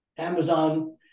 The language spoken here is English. Amazon